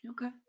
Okay